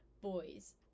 boys